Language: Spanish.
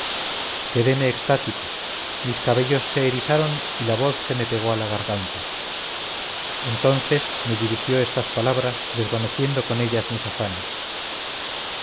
creúsa quedeme extático mis cabellos se erizaron y la voz se me pegó a la garganta entonces me dirigió estas palabras desvaneciendo con ellas mis afanes